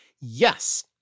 Yes